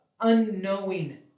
unknowing